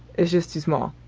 it's just too small.